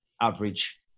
average